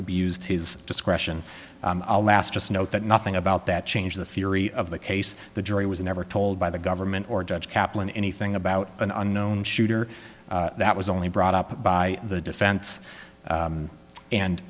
abused his discretion just note that nothing about that change the theory of the case the jury was never told by the government or judge kaplan anything about an unknown shooter that was only brought up by the defense and and